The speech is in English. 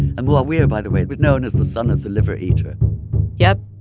and muawiyah, by the way, was known as the son of the liver-eater yep,